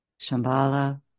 Shambhala